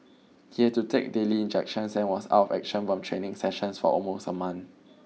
he had to take daily injections and was out of action from training sessions for almost a month